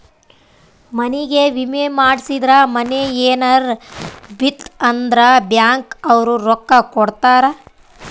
ಮನಿಗೇ ವಿಮೆ ಮಾಡ್ಸಿದ್ರ ಮನೇ ಯೆನರ ಬಿತ್ ಅಂದ್ರ ಬ್ಯಾಂಕ್ ಅವ್ರು ರೊಕ್ಕ ಕೋಡತರಾ